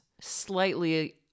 slightly